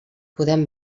podem